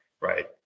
right